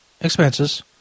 expenses